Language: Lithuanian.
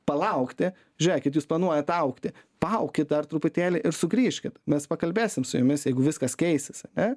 palaukti žiūrėkit jūs planuojat augti paaukit dar truputėlį ir sugrįžkit mes pakalbėsim su jumis jeigu viskas keisis ane